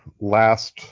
last